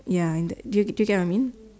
ya in that do you do you get what I mean